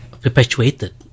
perpetuated